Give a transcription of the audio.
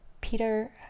Peter